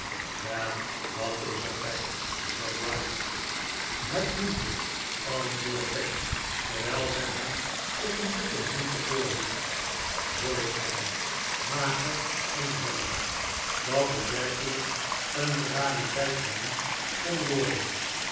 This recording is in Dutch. wel wat is er peg zei gride het hoentje antwoordde peg terwijl zij hem op een bord een hoentje voorhield zoo klein mager en vellerig dat het werkelijk een rariteit genoemd kon worden